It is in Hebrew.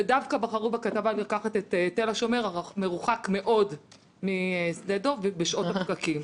ודווקא בחרו בכתבה לקחת את תל השומר המרוחק מאוד משדה דב בשעות הפקקים.